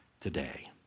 today